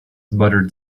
buttered